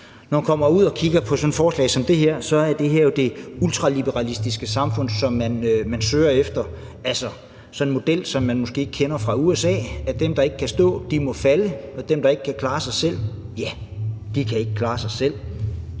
Når man kommer ud og kigger på sådan et forslag som det her, er det her jo det ultraliberalistiske samfund, som man søger efter, altså en model, som man måske kender fra USA: at dem, der ikke kan stå, må falde, og dem, der ikke kan klare sig selv, ja, de kan ikke klare sig selv.